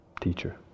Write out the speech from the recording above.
teacher